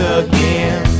again